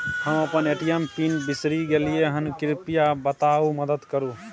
हम अपन ATM pin बिसरि गलियै हन, कृपया मदद करु